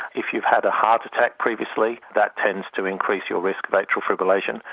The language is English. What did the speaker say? if you've had a heart attack previously, that tends to increase your risk of atrial fibrillation.